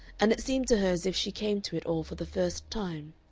and it seemed to her as if she came to it all for the first time.